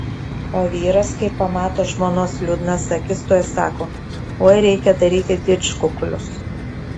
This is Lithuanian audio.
o vyras kai pamato žmonos liūdnas akis tuoj sako oi reikia daryti didžkukulius